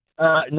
No